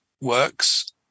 works